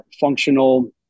functional